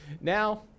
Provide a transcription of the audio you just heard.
Now